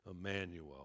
Emmanuel